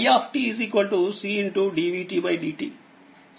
i c dv dt